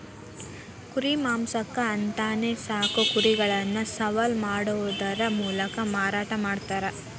ಕುರಿ ಮಾಂಸಕ್ಕ ಅಂತಾನೆ ಸಾಕೋ ಕುರಿಗಳನ್ನ ಸವಾಲ್ ಮಾಡೋದರ ಮೂಲಕ ಮಾರಾಟ ಮಾಡ್ತಾರ